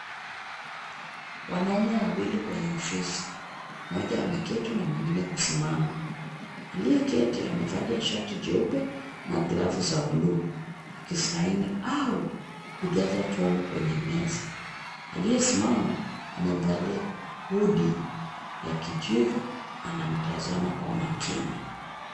Wanaume wawili kwenye ofisi, mmoja ameketi na mwingine kusimama. Aliyeketi amevalia shati jeupe na glavu za buluu akisaini au akijaza fomu kwenye meza. Aliyesimama amevalia hudi ya kijivu, anamtazama kwa makini.